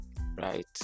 Right